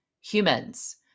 humans